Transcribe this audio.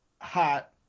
hot